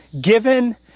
given